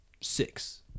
six